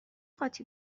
قاطی